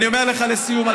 אני אומר לך לסיום,